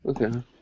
Okay